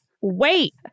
wait